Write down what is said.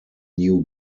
new